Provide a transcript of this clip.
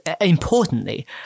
importantly